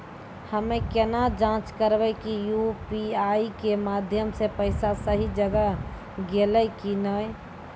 हम्मय केना जाँच करबै की यु.पी.आई के माध्यम से पैसा सही जगह गेलै की नैय?